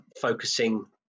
focusing